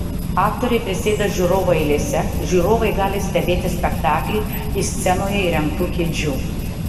aktoriai prisėda žiūrovų eilėse žiūrovai gali stebėti spektaklį iš scenoje įrengtų kėdžių